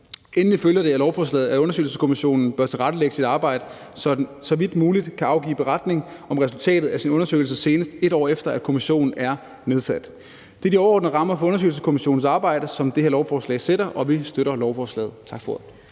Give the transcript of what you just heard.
af lovforslaget, at undersøgelseskommissionen bør tilrettelægge sit arbejde, så den så vidt muligt kan afgive beretning om resultatet af sin undersøgelse, senest 1 år efter at kommissionen er nedsat. Det er de overordnede rammer for undersøgelseskommissionens arbejde, som det her lovforslag sætter, og vi støtter lovforslaget. Tak for ordet.